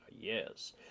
Yes